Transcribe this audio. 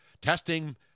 testing